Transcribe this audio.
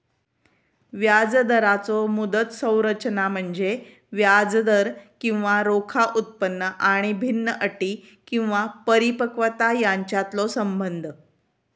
व्याजदराचो मुदत संरचना म्हणजे व्याजदर किंवा रोखा उत्पन्न आणि भिन्न अटी किंवा परिपक्वता यांच्यातलो संबंध